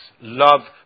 love